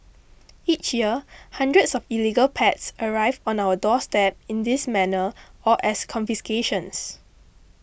each year hundreds of illegal pets arrive on our doorstep in this manner or as confiscations